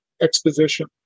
exposition